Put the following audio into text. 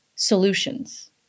Solutions